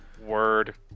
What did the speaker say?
Word